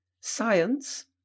Science